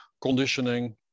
conditioning